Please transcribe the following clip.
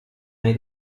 nei